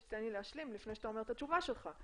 שתיתן לי להשלים לפני שאתה אומר את התשובה שלך.